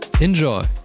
Enjoy